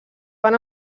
van